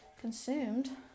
Consumed